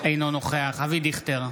אינו נוכח אבי דיכטר,